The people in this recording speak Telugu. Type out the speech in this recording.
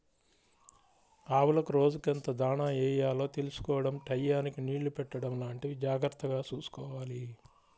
ఆవులకు రోజుకెంత దాణా యెయ్యాలో తెలుసుకోడం టైయ్యానికి నీళ్ళు పెట్టడం లాంటివి జాగర్తగా చూసుకోవాలి